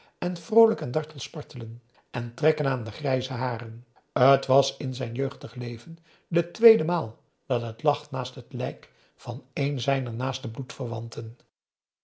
en vroolijk en dartel spartelen en trekken aan de grijze haren t was in zijn jeugdig leven de tweede maal dat het lag naast het lijk van een zijner naaste